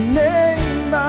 name